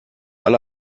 alle